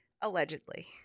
allegedly